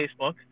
facebook